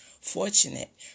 fortunate